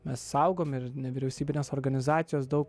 mes saugom ir nevyriausybinės organizacijos daug